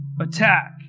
attack